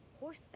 Horse